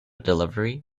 delivery